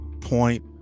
point